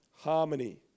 harmony